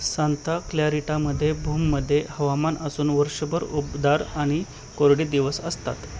Santa क्लॅरिटामध्ये भूमध्ये हवामान असून वर्षभर उबदार आणि कोरडे दिवस असतात